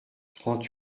trente